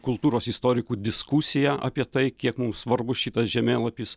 kultūros istorikų diskusiją apie tai kiek mums svarbus šitas žemėlapis